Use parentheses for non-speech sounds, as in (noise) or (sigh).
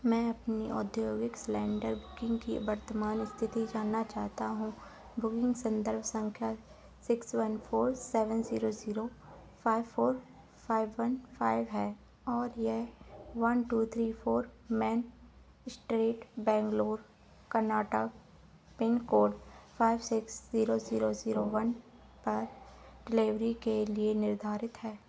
मैं अपनी औद्योगिक सिलैन्डर बुकिंग कि वर्तमान स्थिति जानना चाहता हूँ (unintelligible) संदर्भ संख्या six one four seven zero zero five four five one five है और ये one two three four main street Bangalore Karnataka pin code five six zero zero zero one पर डिलेभरी के लिए निर्धारित है